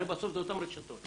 הרי בסוף זה אותן רשתות.